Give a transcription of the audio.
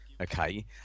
okay